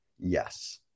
Yes